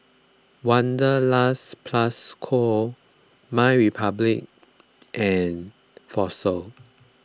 Wanderlust Plus Co MyRepublic and Fossil